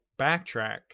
backtrack